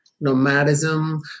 nomadism